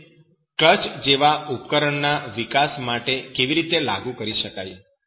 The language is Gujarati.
તેને ક્લચ જેવા ઉપકરણના વિકાસ માટે કેવી રીતે લાગુ કરી શકાય